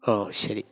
ഓ ശരി